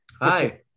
hi